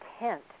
intent